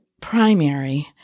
primary